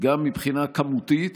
גם מבחינה כמותית,